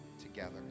together